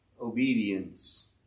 obedience